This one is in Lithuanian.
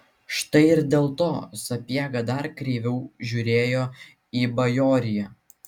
štai ir dėl to sapiega dar kreiviau žiūrėjo į bajoriją